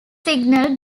signalled